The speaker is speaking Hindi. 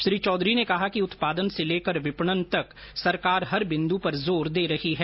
श्री चौधरी ने कहा कि उत्पादन से लेकर विपणन तक सरकार हर बिन्दु पर जोर दे रही है